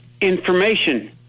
information